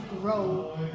grow